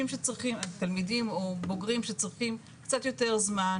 תלמידים או בוגרים שצריכים קצת יותר זמן,